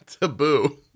taboo